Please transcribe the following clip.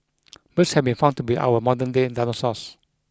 birds have been found to be our modern day dinosaurs